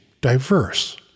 diverse